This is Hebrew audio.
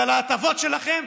ועל ההטבות שלכם,